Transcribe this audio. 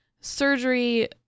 Surgery